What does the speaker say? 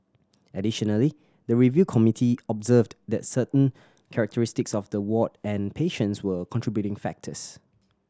additionally the review committee observed that certain characteristics of the ward and patients were contributing factors